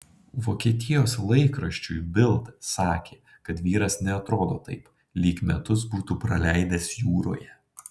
vokietijos laikraščiui bild sakė kad vyras neatrodo taip lyg metus būtų praleidęs jūroje